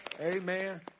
Amen